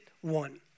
one